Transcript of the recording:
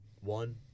one